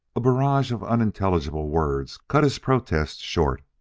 a barrage of unintelligible words cut his protest short.